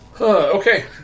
okay